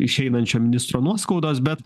išeinančio ministro nuoskaudos bet